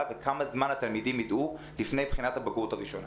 וכמה זמן התלמידים ידעו לפני בחינת הבגרות הראשונה.